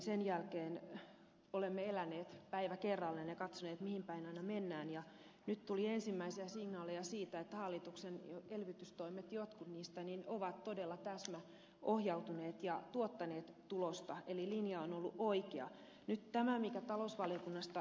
sen jälkeen olemme eläneet päivä kerrallaan ja katsoneet mihin päin aina mennään ja nyt tuli ensimmäisiä signaaleja siitä että hallituksen elvytystoimet jotkut niistä ovat todella täsmäohjautuneet ja tuottaneet tulosta eli linja on ollut oikea